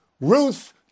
Ruth